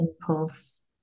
impulse